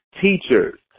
teachers